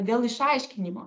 dėl išaiškinimo